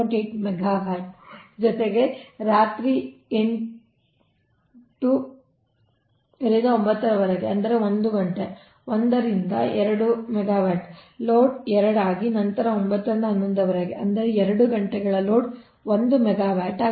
8 megawatt ಜೊತೆಗೆ ರಾತ್ರಿ 8 ರಿಂದ 9 ರವರೆಗೆ ಅಂದರೆ 1 ಗಂಟೆ 1 ರಿಂದ 2 ಮೆಗಾವ್ಯಾಟ್ ಲೋಡ್ 2 ಆಗಿ ನಂತರ 9 ರಿಂದ 11 ರವರೆಗೆ ಅಂದರೆ 2 ಗಂಟೆಗಳ ಲೋಡ್ 1 ಮೆಗಾವ್ಯಾಟ್ ಆಗಿದೆ